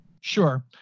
Sure